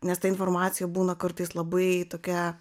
nes ta informacija būna kartais labai tokia